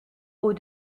aux